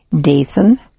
Dathan